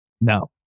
No